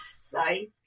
Sorry